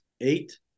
eight